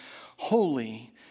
Holy